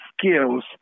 skills